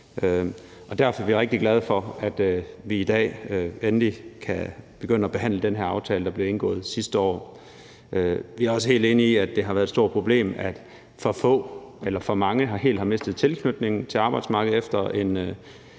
Derfor er vi rigtig glade for, at vi i dag endelig kan begynde at behandle den her aftale, der blev indgået sidste år. Vi er også helt enige i, at det har været et stort problem, at for mange helt har mistet tilknytningen til arbejdsmarkedet efter en